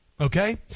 okay